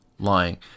lying